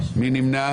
מי נמנע?